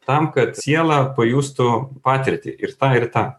tam kad siela pajustų patirtį ir tą ir tą